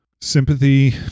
Sympathy